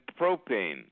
propane